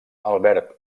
albert